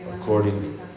According